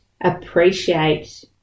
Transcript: appreciate